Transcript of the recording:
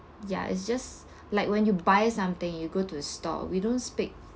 ya it's just like when you buy something you go to a store we don't speak